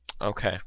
Okay